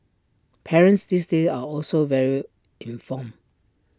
parents these days are also very informed